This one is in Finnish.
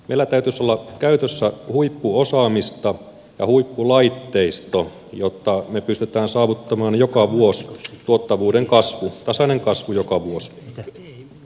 meillä täytyisi olla käytössä huippuosaamista ja huippulaitteisto jotta me pystymme saavuttamaan joka vuosi tuottavuuden kasvua tasaista kasvua joka vuosi